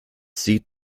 sieht